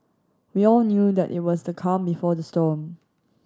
we all knew that it was the calm before the storm